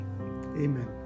Amen